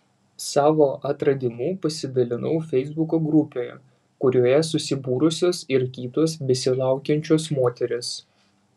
savo atradimu pasidalinau feisbuko grupėje kurioje susibūrusios ir kitos besilaukiančios moterys